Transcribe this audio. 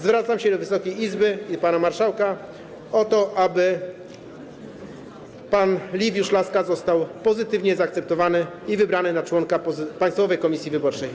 Zwracam się do Wysokiej Izby i pana marszałka o to, aby pan Liwiusz Laska został pozytywnie zaakceptowany i wybrany na członka Państwowej Komisji Wyborczej.